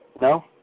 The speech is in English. no